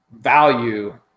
value